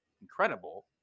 incredible